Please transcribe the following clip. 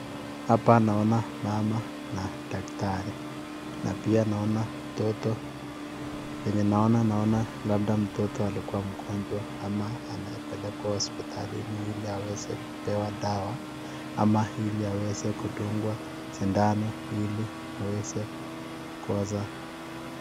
Hapa naona mama na daktari. Na pia naona mtoto. Venye naona, naona labda mtoto alikuwa mgonjwa ama anapelekwa hospitalini ili aweze kupewa dawa ama ili aweze kudungwa sindano ili aweze koza.